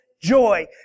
Joy